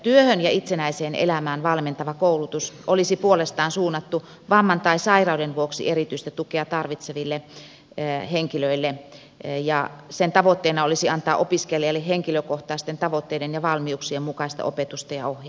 työhön ja itsenäiseen elämään valmentava koulutus olisi puolestaan suunnattu vamman tai sairauden vuoksi erityistä tukea tarvitseville henkilöille ja sen tavoitteena olisi antaa opiskelijalle henkilökohtaisten tavoitteiden ja valmiuksien mukaista opetusta ja ohjausta